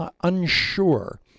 unsure